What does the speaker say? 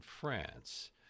France